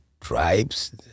tribes